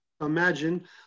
imagine